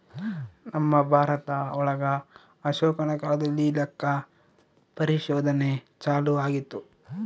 ನಮ್ ಭಾರತ ಒಳಗ ಅಶೋಕನ ಕಾಲದಲ್ಲಿ ಲೆಕ್ಕ ಪರಿಶೋಧನೆ ಚಾಲೂ ಆಗಿತ್ತು